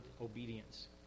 obedience